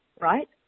right